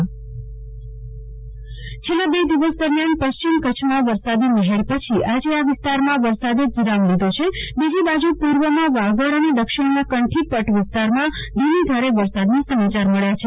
કલ્પના શાહ જિલ્લામાં વરસાદ છેલ્લા બે દિવસ દરમ્યાન પશ્ચિમ કચ્છમાં વરસાદી મહેર પછી આજે આ વિસ્તારમાં વરસાદે વિરામ લીધો છે બીજી બાજુ પુર્વમાં વાગડ અને દક્ષિણમાં કંઠીપટ વિસ્તારમાં ધીમી ધારે વરસાદના સમાચાર મળ્યા છે